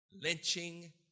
lynching